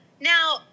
Now